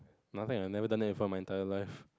nothing I never done it for my entire life